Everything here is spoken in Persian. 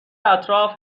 اطراف